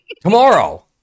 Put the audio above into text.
tomorrow